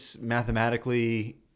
mathematically